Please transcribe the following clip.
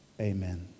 Amen